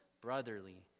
brotherly